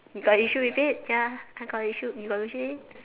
you got issue with it ya I got issue you got issue with it